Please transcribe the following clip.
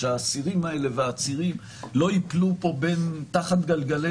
כדי שהאסירים והעצירים לא ייפלו פה תחת גלגלי